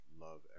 love